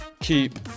keep